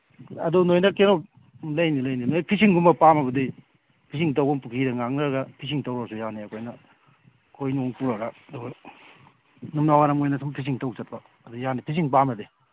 ꯑꯗꯨ ꯅꯣꯏꯅ ꯀꯩꯅꯣ ꯂꯩꯅꯤ ꯂꯩꯅꯤ ꯐꯤꯁꯤꯡꯒꯨꯝꯕ ꯄꯥꯝꯃꯕꯗꯤ ꯐꯤꯁꯤꯡ ꯇꯧꯕꯝ ꯄꯨꯈꯤ ꯉꯥꯡꯅꯔꯒ ꯐꯤꯁꯤꯡ ꯇꯧꯔꯁꯨ ꯌꯥꯅꯤ ꯑꯩꯈꯣꯏꯅ ꯈꯣꯏꯅꯨꯡ ꯄꯨꯔꯒ ꯅꯨꯡꯗꯥꯡꯋꯥꯏꯔꯝ ꯑꯣꯏꯅ ꯐꯤꯁꯤꯡ ꯇꯧ ꯆꯠꯄ ꯑꯗꯨ ꯌꯥꯅꯤ ꯐꯤꯁꯤꯡ ꯄꯥꯝꯃꯗꯤ